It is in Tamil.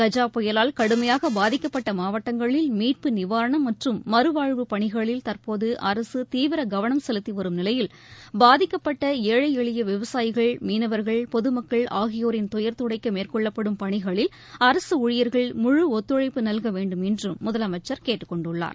கஜா புயலால் கடுமையாக பாதிக்கப்பட்ட மாவட்டங்களில் மீட்பு நிவாரணம் மற்றும் மறுவாழ்வு பணிகளில் தற்போது அரசு தீவிர கவனம் செலுத்திவரும் நிலையில் பாதிக்கப்பட்ட ஏழை எளிய விவசாயிகள் மீனவர்கள் பொதுமக்கள் ஆகியோரின் துயர் துடைக்க மேற்கொள்ளப்படும் பணிகளில் அரசு ஊழியர்கள் முழு ஒத்துழைப்பு நல்க வேண்டும் என்றும் முதலமைச்சர் கேட்டுக் கொண்டுள்ளார்